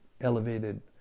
elevated